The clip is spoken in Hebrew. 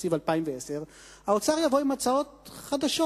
התקציב 2010 האוצר יבוא עם הצעות חדשות.